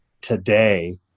today